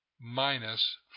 minus